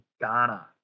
Ghana